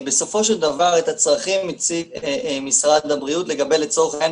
בסופו של דבר את הצרכים הציג משרד הבריאות לגבי לצורך העניין